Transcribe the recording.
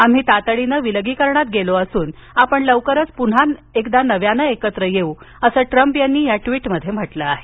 आम्ही तातडीनं विलगीकरणात गेलो असून आपण लवकरच पुन्हा एकदा नव्यानं एकत्र येऊ असं ट्रंप यांनी या ट्वीटमध्ये म्हटलं आहे